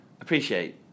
appreciate